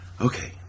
Okay